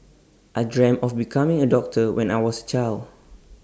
I dreamt of becoming A doctor when I was child